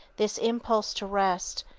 this impulse to rest,